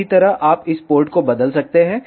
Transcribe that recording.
इसी तरह आप इस पोर्ट को बदल सकते हैं